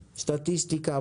סטטיסטיקה,